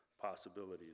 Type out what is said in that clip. possibilities